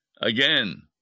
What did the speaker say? Again